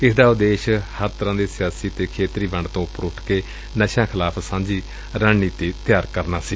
ਇਸ ਦਾ ਉਦੇਸ਼ ਸਾਰੇ ਤਰਾਂ ਦੀ ਸਿਆਸੀ ਅਤੇ ਖੇਤਰੀ ਵੰਡ ਤੋਂ ਉਪਰ ਉਠ ਕੇ ਨਸ਼ਿਆਂ ਵਿਰੁੱਧ ਇਕ ਸਾਂਝੀ ਰਣਨੀਡੀ ਡਿਆਰ ਕਰਨਾ ਸੀ